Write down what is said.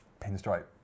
pinstripe